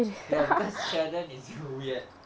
ya because sheldon is weird